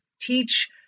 teach